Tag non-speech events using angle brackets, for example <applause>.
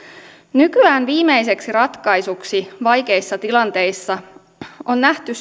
nykyään viimeiseksi ratkaisuksi vaikeissa tilanteissa on nähty <unintelligible>